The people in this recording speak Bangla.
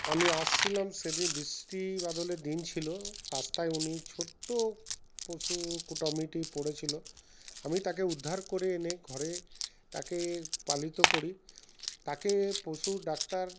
আমি আসছিলাম সেদিন বৃষ্টিবাদলের দিন ছিল রাস্তায় উনি ছোট্ট পশু টমিটি পড়েছিলো আমি তাকে উদ্ধার করে এনে ঘরে তাকে পালিত করি তাকে পশুর ডাক্তার